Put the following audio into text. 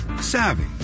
savvy